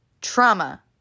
trauma